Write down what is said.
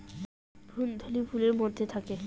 ভ্রূণথলি ফুলের মধ্যে থাকে